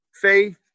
Faith